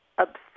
obsessed